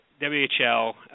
WHL